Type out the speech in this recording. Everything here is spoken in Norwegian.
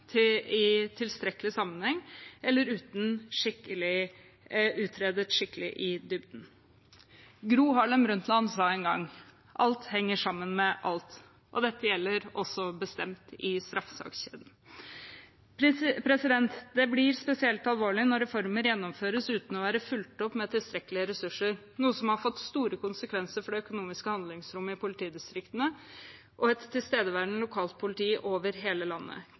reformene i tilstrekkelig sammenheng eller utredet skikkelig i dybden. Gro Harlem Brundtland sa en gang: «Alt henger sammen med alt», og dette gjelder bestemt også i straffesakskjeden. Det blir spesielt alvorlig når reformer gjennomføres uten at de er fulgt opp med tilstrekkelige ressurser, noe som har fått store konsekvenser for det økonomiske handlingsrommet i politidistriktene og et tilstedeværende lokalt politi over hele landet.